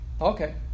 okay